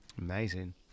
Amazing